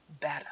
better